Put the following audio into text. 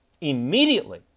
Immediately